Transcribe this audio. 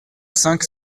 cinq